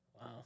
Wow